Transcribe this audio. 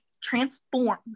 transform